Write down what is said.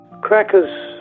Crackers